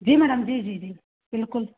जी madam जी जी जी बिल्कुल